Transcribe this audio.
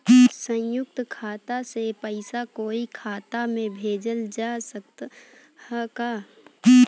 संयुक्त खाता से पयिसा कोई के खाता में भेजल जा सकत ह का?